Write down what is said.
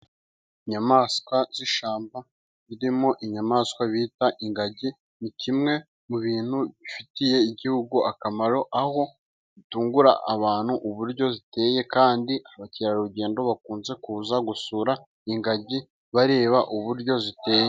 Inyamanswa z'ishyamba, zirimo inyamanswa bita ingagi, ni kimwe mu bintu bifitiye igihugu akamaro, aho zitungura, abantu uburyo ziteye, kandi abakerarugendo, bakunze kuza gusura ingagi, bareba uburyo ziteye.